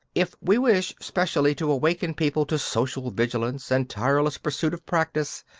if we wish specially to awaken people to social vigilance and tireless pursuit of practise,